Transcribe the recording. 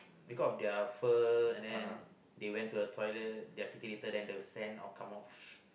because of their fur and then they went to a toilet their kitty litter then their sand all come out